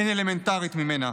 אין אלמנטרית ממנה.